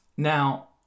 Now